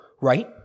Right